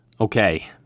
Okay